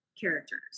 characters